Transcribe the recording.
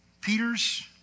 Peter's